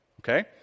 Okay